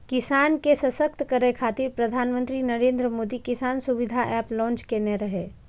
किसान के सशक्त करै खातिर प्रधानमंत्री नरेंद्र मोदी किसान सुविधा एप लॉन्च केने रहै